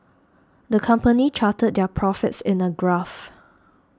the company charted their profits in a graph